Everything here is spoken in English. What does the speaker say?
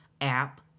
app